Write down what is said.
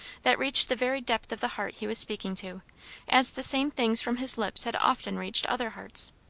that reached the very depth of the heart he was speaking to as the same things from his lips had often reached other hearts.